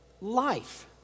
life